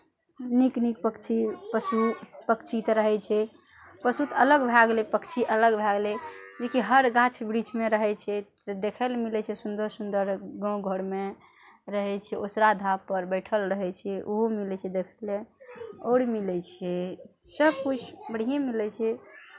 नीक नीक पक्षी पशु पक्षी रहै छै पशु तऽ अलग भए गेलै पक्षी अलग भए गेलै जे कि हर गाछ वृक्षमे रहै छै से देखय लए मिलै छै सुन्दर सुन्दर गाँव घरमे रहै छै ओसरा धापपर बैठल रहै छै ओहो मिलै छै देखय लए आओर मिलै छै सभकिछु बढ़िएँ मिलै छै